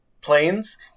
planes